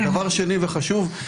דבר שני וחשוב,